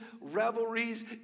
revelries